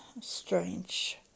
strange